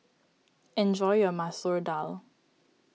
enjoy your Masoor Dal